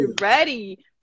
ready